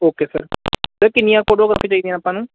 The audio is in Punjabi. ਓਕੇ ਸਰ ਸਰ ਕਿੰਨੀਆਂ ਫੋਟੋ ਕਾਪੀਆਂ ਚਾਹੀਦੀਆਂ ਆਪਾਂ ਨੂੰ